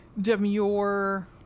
demure